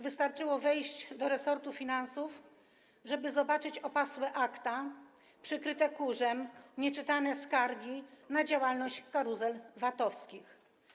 Wystarczyło wejść do resortu finansów, żeby zobaczyć opasłe akta przykryte kurzem, nieczytane skargi na działalność karuzel VAT-owskich.